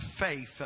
faith